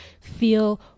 feel